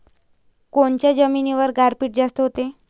कोनच्या जमिनीवर गारपीट जास्त व्हते?